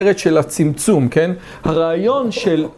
של הצמצום, כן? הרעיון של...